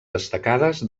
destacades